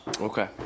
Okay